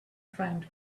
found